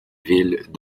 villes